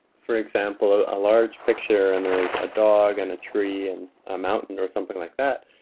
for example, a large picture and there is a dog and a tree and a mountain or something like that,